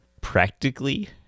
practically